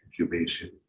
incubation